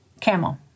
camel